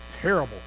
terrible